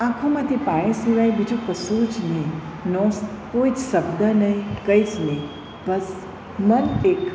આંખોમાંથી પાણી સિવાય બીજું કશું જ નહીં નો સ કોઈ જ શબ્દ નહીં કંઈ જ નહીં બસ મન એક